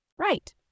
Right